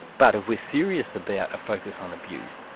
but if we're serious about a focus on abuse,